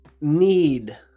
need